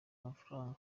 amafaranga